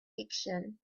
fiction